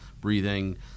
breathing